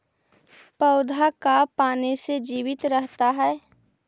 पौधा का पाने से जीवित रहता है?